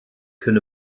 cyn